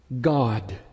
God